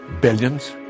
Billions